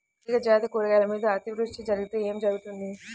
తీగజాతి కూరగాయల మీద అతివృష్టి జరిగితే ఏమి జరుగుతుంది?